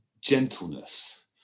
gentleness